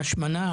השמנה,